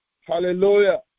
Hallelujah